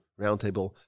Roundtable